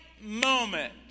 moment